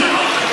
טלב,